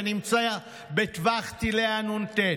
שנמצאים בטווח טילי הנ"ט?